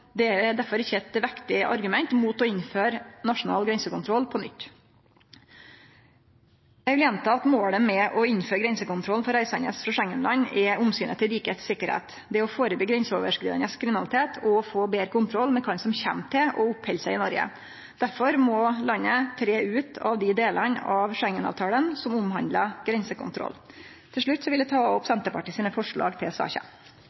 Det er derfor ikkje eit vektig argument mot å innføre nasjonal grensekontroll på nytt. Eg vil gjenta at målet med å innføre grensekontroll for reisande frå Schengen-land er omsynet til sikkerheita til riket, det å førebyggje grenseoverskridande kriminalitet og få betre kontroll med kven som kjem til og oppheld seg i Noreg. Derfor må landet tre ut av dei delane av Schengen-avtalen som omhandlar grensekontroll. Til slutt vil eg ta opp Senterpartiets forslag i saka.